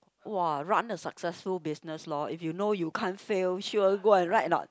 !wah! run a successful business lor if you know you can't fail sure go and right not